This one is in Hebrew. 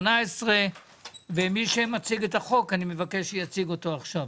18. אני מבקש שמי שמציג את החוק שיציג אותו עכשיו.